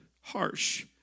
harsh